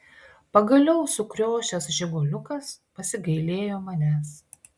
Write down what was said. pagaliau sukriošęs žiguliukas pasigailėjo manęs